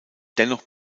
dennoch